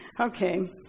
Okay